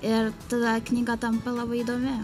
ir tada knyga tampa labai įdomi